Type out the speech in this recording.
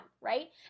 right